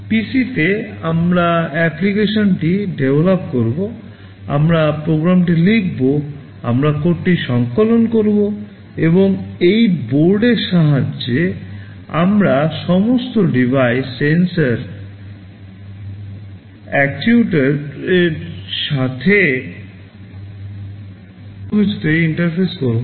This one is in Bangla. PCতে আমরা অ্যাপ্লিকেশনটি গঠন এর সাথে সমস্ত কিছুতে ইন্টারফেস করব